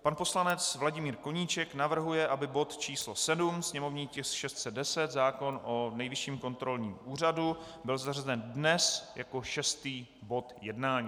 Pan poslanec Vladimír Koníček navrhuje, aby bod číslo 7, sněmovní tisk 610, zákon o Nejvyšším kontrolním úřadu, byl zařazen dnes jako šestý bod jednání.